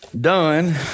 done